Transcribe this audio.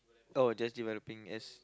out of just developing as